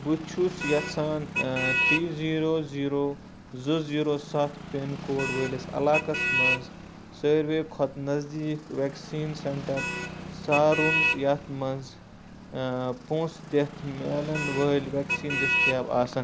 بہٕ چھُس یَژھان تھرٛی زیٖرو زیٖرو زٕ زیٖرو سَتھ پِن کوڈ وٲلِس علاقس منٛز سٲرِوِیو کھۄتہٕ نٔزدیٖک ویکسیٖن سینٛٹَر سارُن یَتھ منٛز پۅنٛسہٕ دِتھ میلن وٲلۍ ویکسیٖن دٔستِیاب آسَن